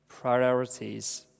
priorities